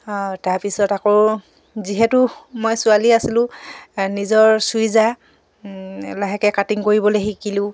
তাৰপিছত আকৌ যিহেতু মই ছোৱালী আছিলোঁ নিজৰ চুইজাৰ লাহেকে কাটিং কৰিবলে শিকিলোঁ